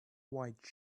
white